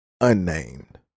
unnamed